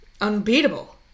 unbeatable